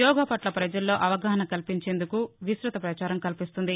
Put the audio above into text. యోగా పట్ల ప్రజల్లో అవగాహన కల్పించేందుకు విస్తృత ప్రచారం కల్పిస్తోంది